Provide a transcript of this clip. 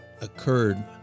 occurred